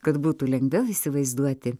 kad būtų lengviau įsivaizduoti